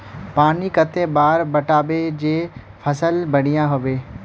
पानी कते बार पटाबे जे फसल बढ़िया होते?